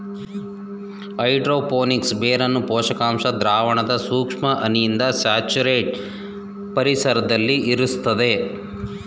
hydro phonics ಬೇರನ್ನು ಪೋಷಕಾಂಶ ದ್ರಾವಣದ ಸೂಕ್ಷ್ಮ ಹನಿಯಿಂದ ಸ್ಯಾಚುರೇಟೆಡ್ ಪರಿಸರ್ದಲ್ಲಿ ಇರುಸ್ತರೆ